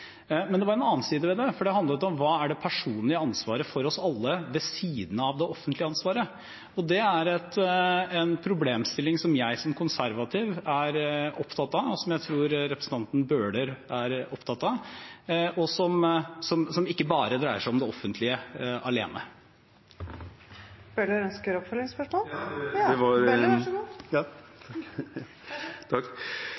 Men det var en annen side ved det, for det handlet om hva som er det personlige ansvaret for oss alle ved siden av det offentlige ansvaret. Det er en problemstilling som jeg som konservativ er opptatt av, som jeg tror representanten Bøhler også er opptatt av, og som ikke bare dreier seg om det offentlige alene. Jan Bøhler – til oppfølgingsspørsmål. Det var